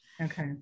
Okay